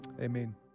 amen